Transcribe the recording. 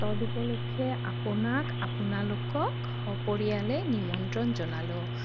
তদুপলক্ষে আপোনাক আপোনালোকক সপৰিয়ালে নিমন্ত্ৰণ জনালোঁ